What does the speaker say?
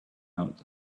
out